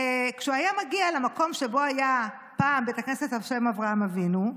וכשהוא היה מגיע למקום שבו היה פעם בית הכנסת על שם אברהם אבינו,